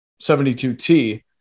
72T